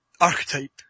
archetype